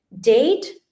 date